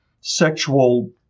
sexual